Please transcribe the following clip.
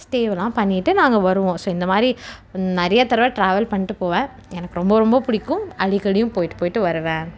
stay எல்லாம் பண்ணிவிட்டு நாங்கள் வருவோம் ஸோ இந்தமாதிரி நிறைய தரவ ட்ராவல் பண்ணிவிட்டு போவேன் எனக்கு ரொம்ப ரொம்ப பிடிக்கும் அடிக்கடியும் போய்விட்டு போய்விட்டு வருவேன்